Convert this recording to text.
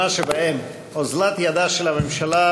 (תיקון, איסור משלוחים חיים לשחיטה),